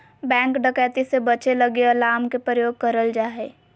bank डकैती से बचे लगी अलार्म के प्रयोग करल जा हय